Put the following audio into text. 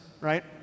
right